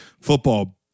Football